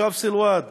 תושב סילואד,